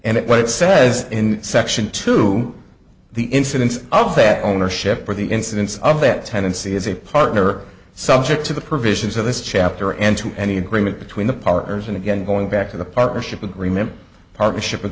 and what it says in section two the incidence of that ownership or the incidence of that tendency is a partner subject to the provisions of this chapter and to any agreement between the partners and again going back to the partnership agreement partnership a